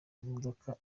imodoka